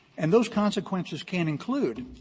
and those consequences can include